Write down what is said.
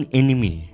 enemy